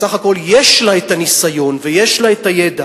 בסך הכול יש לה הניסיון ויש לה הידע